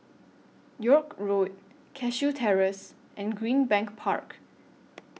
York Road Cashew Terrace and Greenbank Park